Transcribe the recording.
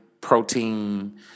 protein